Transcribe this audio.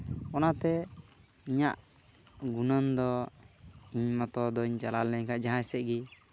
ᱚᱱᱟᱛᱮ ᱤᱧᱟᱹᱜ ᱜᱩᱱᱟᱹᱱ ᱫᱚ ᱤᱧ ᱢᱚᱛᱚ ᱫᱚᱧ ᱪᱟᱞᱟᱣ ᱞᱮᱠᱷᱟᱡ ᱡᱟᱦᱟᱸᱭ ᱥᱮᱡ ᱜᱮ